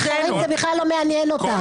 אחרים, זה בכלל לא מעניין אותם.